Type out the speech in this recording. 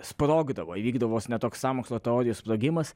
sprogdavo įvykdavo vos ne toks sąmokslo teorijų sprogimas